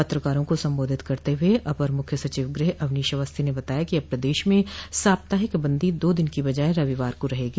पत्रकारों को संबोधित करते हुए अपर मुख्य सचिव गृह अवनीश अवस्थी ने बताया कि अब प्रदेश में साप्ताहिक बंदी दो दिन की बजाय रविवार को रहेगी